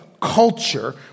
culture